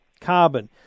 Carbon